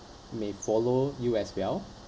may follow you as well